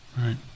Right